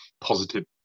positive